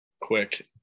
quick